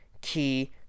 key